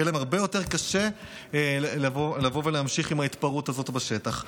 יהיה להם הרבה יותר קשה לבוא ולהמשיך עם ההתפרעות הזאת בשטח.